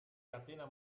catena